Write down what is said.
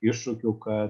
iššūkiu kd